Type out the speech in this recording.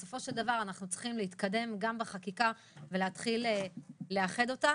בסופו של דבר אנחנו צריכים להתקדם גם בחקיקה ולהתחיל לאחד אותה.